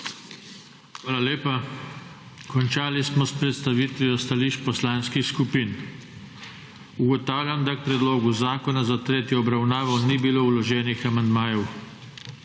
Hvala lepa. Končali smo s predstavitvijo stališč poslanskih skupin. Ugotavljam, da k predlogu zakona za tretjo obravnavo ni bilo vloženih amandmajev.